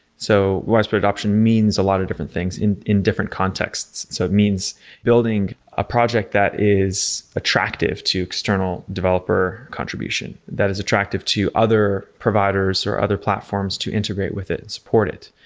so, widespread adaption means a lot of different things in in different contexts. so it that means building a project that is attractive to external developer contribution that is attractive to other providers or other platforms to integrate with it, support it.